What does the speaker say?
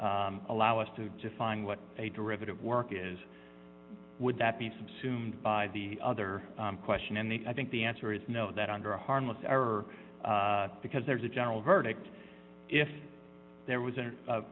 allow us to define what a derivative work is would that be subsumed by the other question and they i think the answer is no that under harmless error because there's a general verdict if there was a